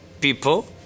people